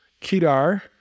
Kedar